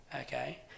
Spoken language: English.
okay